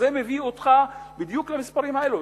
זה מביא אותך בדיוק למספרים האלה.